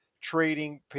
trading